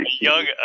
young